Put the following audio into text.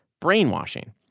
brainwashing